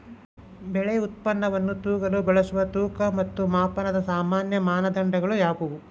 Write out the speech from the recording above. ಬೆಳೆ ಉತ್ಪನ್ನವನ್ನು ತೂಗಲು ಬಳಸುವ ತೂಕ ಮತ್ತು ಮಾಪನದ ಸಾಮಾನ್ಯ ಮಾನದಂಡಗಳು ಯಾವುವು?